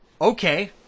okay